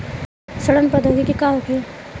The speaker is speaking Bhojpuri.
सड़न प्रधौगकी का होखे?